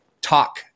talk